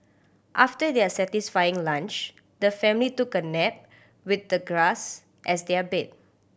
after their satisfying lunch the family took a nap with the grass as their bed